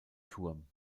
turm